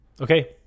Okay